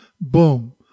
boom